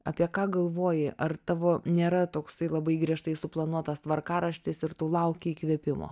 apie ką galvoji ar tavo nėra toksai labai griežtai suplanuotas tvarkaraštis ir tu lauki įkvėpimo